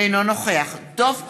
אינו נוכח דב חנין,